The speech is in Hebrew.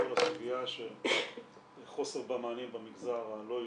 כל --- חוסר מענים במגזר הלא יהודי,